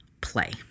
play